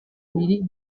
bibiri